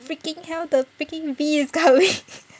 freaking hell the freaking bee is coming